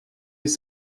les